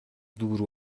دور